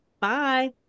Bye